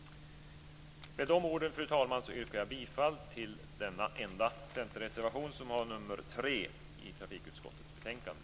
Med de orden, fru talman, yrkar jag bifall till denna enda centerreservation, nr 3, till trafikutskottets betänkande.